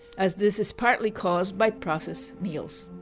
as this is partly caused by process meals.